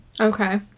Okay